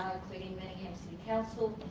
including manningham city council,